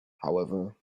however